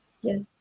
Yes